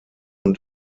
und